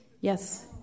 Yes